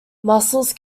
muscles